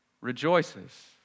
rejoices